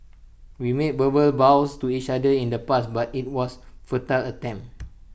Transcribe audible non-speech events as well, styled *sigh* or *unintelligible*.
we made *unintelligible* vows to each other in the past but IT was futile attempt